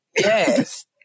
Yes